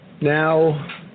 Now